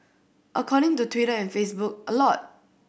according to Twitter and Facebook a lot